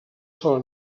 sola